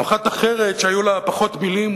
ואחת אחרת שהיו לה פחות מלים,